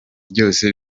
byose